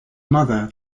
mother